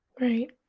right